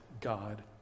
God